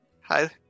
Hi